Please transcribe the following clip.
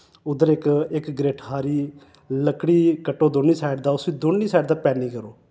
उद्दर इक इक गरिट्ठ हारी लक्क्ड़ी कट्टो दौन्नी साइड दा उस्सी दौन्नी साइड दा पैन्नी करो